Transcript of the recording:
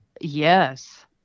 Yes